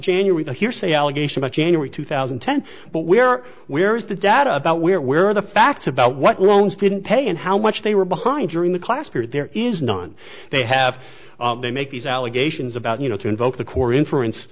january the hearsay allegation about january two thousand and ten but we are where is the data about where where are the facts about what loans didn't pay and how much they were behind during the class period there is none they have to make these allegations about you know to invoke the core inference